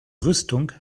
rüstung